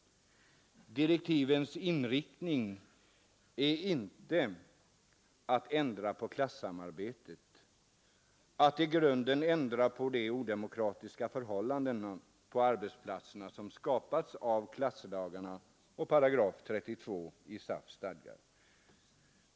Direktivens inriktning är inte att ändra på klassamarbetet eller att i grunden ändra på de odemokratiska förhållanden på arbetsplatserna som skapats av klasslagarna och § 32 i SAF':s stadgar.